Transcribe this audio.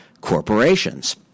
corporations